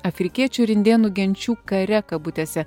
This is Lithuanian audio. afrikiečių ir indėnų genčių kare kabutėse